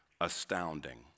astounding